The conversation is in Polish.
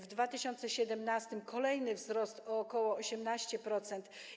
W 2017 r. kolejny wzrost - o ok. 18%.